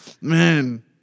man